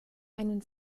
einen